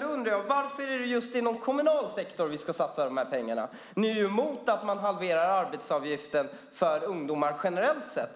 Då undrar jag: Varför är det just inom kommunal sektor vi ska satsa dessa pengar? Ni är ju emot att man halverar arbetsavgiften för ungdomar generellt sett.